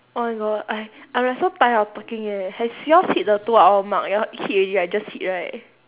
oh my god I I'm like so tired of talking eh has yours hit the two hour mark your hit already right just hit right